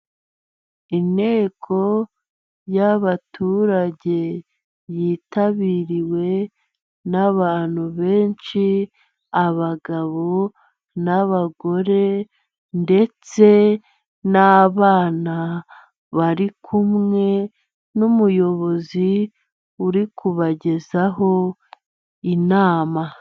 Inteko y'abaturage yitabiriwe n'abantu benshi: abagabo n'abagore ndetse n'abana, bari kumwe n'umuyobozi uri kubagezaho inama.